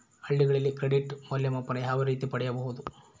ಹಳ್ಳಿಗಳಲ್ಲಿ ಕ್ರೆಡಿಟ್ ಮೌಲ್ಯಮಾಪನ ಯಾವ ರೇತಿ ಪಡೆಯುವುದು?